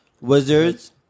Wizards